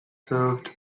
served